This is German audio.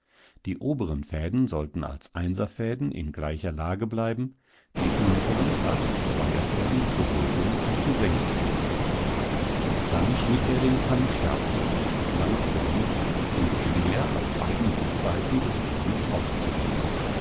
die oberen fäden sollten als einserfäden in gleicher lage bleiben die unteren als zweierfäden gehoben und gesenkt werden dann schnitt er den kammstab zurecht lang genug um quer auf beiden längsseiten des rahmens aufzuliegen